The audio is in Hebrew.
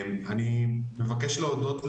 אני מבקש להודות לוועדה,